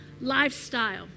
lifestyle